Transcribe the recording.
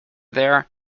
there